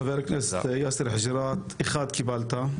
חבר הכנסת יאסר חוג'יראת, אחד, קיבלת.